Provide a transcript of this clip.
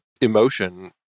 emotion